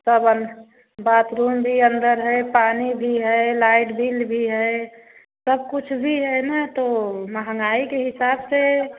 सब अन बाथरूम भी अन्दर है पानी भी है लाइट भी लगी है सब कुछ भी है ना तो महँगाई के हिसाब से